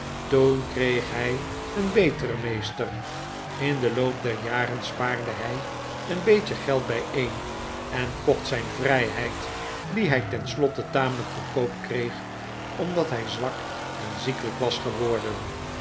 toen kreeg hij een beteren meester in den loop der jaren spaarde hij een beetje geld bijeen en kocht zijn vrijheid die hij tenslotte tamelijk goedkoop kreeg omdat hij zwak en ziekelijk was gewordem